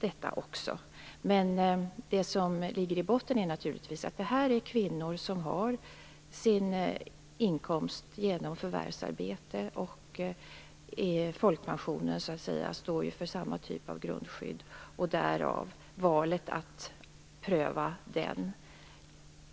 Det som ligger i botten är alltså att det är fråga om kvinnor som har sin inkomst genom förvärvsarbete. Folkpensionen står för samma typ av grundskydd, och därav följer valet att pröva den.